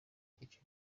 icyo